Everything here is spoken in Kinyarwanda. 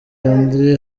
landry